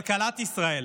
כלכלת ישראל